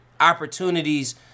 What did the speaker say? opportunities